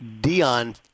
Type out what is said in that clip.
Dion